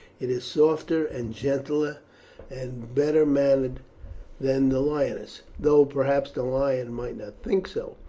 it is softer and gentler and better mannered than the lioness, though, perhaps, the lion might not think so.